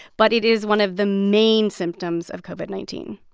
but it is one of the main symptoms of covid nineteen